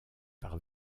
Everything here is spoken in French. par